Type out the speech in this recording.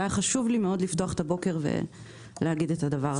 והיה לי חשוב מאוד לפתוח את הבוקר ולהגיד את הדברים האלה.